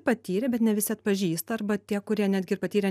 patyrė bet ne visi atpažįsta arba tie kurie netgi ir patyrę